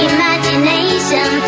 Imagination